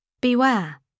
Beware